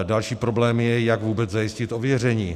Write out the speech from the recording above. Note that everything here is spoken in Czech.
Další problém je, jak vůbec zajistit ověření.